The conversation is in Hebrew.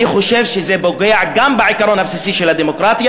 אני חושב שזה פוגע גם בעיקרון הבסיסי של הדמוקרטיה